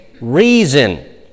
reason